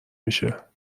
میشه